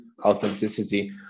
authenticity